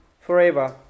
forever